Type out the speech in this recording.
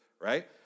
right